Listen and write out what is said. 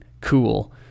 cool